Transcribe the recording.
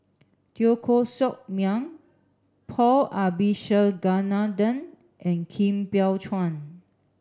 Teo Koh Sock Miang Paul Abisheganaden and kim Biow Chuan